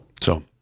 So-